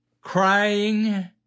Crying